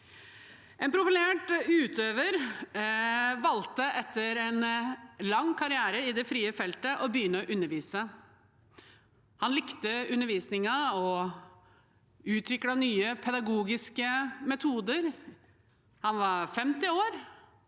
En profilert utøver valgte etter en lang karriere i det frie feltet å begynne å undervise. Han likte undervisningen og utviklet nye pedagogiske metoder. Han var 50 år